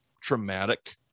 traumatic